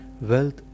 wealth